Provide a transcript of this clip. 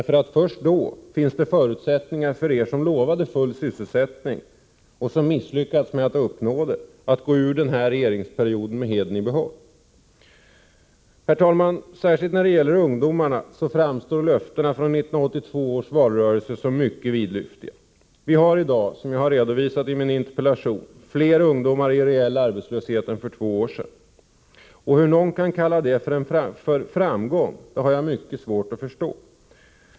Först då finns det nämligen förutsättningar för er som lovat full sysselsättning och som misslyckats med att uppnå det att gå ur den här regeringsperioden med hedern i behåll. Herr talman! Särskilt när det gäller ungdomarna framstår löftena från 1982 års valrörelse som mycket vidlyftiga. Vi har i dag, som jag redovisat i min interpellation, fler ungdomar i reell arbetslöshet än för två år sedan. Hur någon kan kalla detta för framgång har jag mycket svårt att förstå.